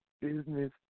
business